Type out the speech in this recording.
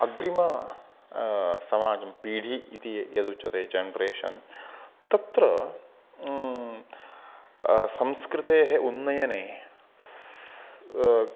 अग्रिम समाजं पी ढि इति यदुच्यते जन्रेशन् तत्र संस्कृतेः उन्नयने